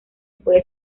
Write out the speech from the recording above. puede